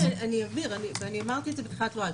אני אבהיר ואמרתי בתחילת דבריי.